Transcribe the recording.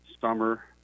summer